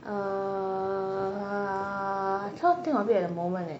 uh I cannot think of it at the moment eh